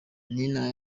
nina